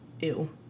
Ew